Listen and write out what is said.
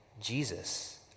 Jesus